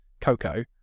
Coco